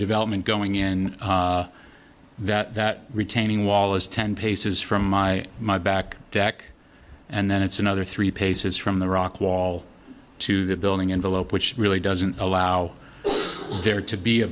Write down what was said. development going in that that retaining wall is ten paces from my back deck and then it's another three paces from the rock wall to the building envelope which really doesn't allow there to be a